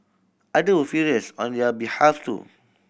other were furious on their behalf too